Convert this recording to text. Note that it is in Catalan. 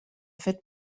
fet